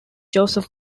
joseph